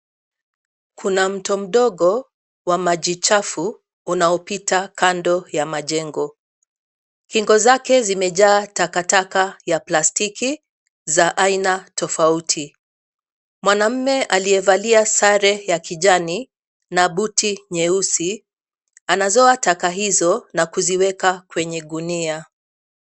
Kuna mto mdogo wa maji chafu unaopita kando ya majengo, kingo zake zimejaa takataka ya plastiki za aina tofauti. Mwaume aliyevalia sare ya kijani na buti nyeusi anazoa taka hizo na kuziweka kwenye gunia.